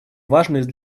важность